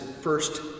first